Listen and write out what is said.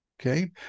Okay